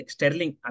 Sterling